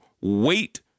wait